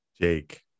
Jake